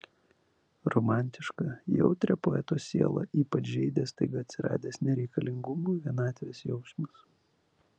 romantišką jautrią poeto sielą ypač žeidė staiga atsiradęs nereikalingumo vienatvės jausmas